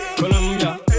Colombia